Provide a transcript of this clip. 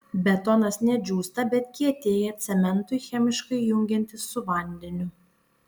betonas ne džiūsta bet kietėja cementui chemiškai jungiantis su vandeniu